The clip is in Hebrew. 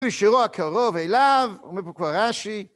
שירו הקרוב אליו, הוא אומר פה כבר רשי